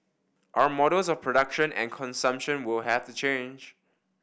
our models of production and consumption will have to change